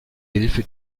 hilfe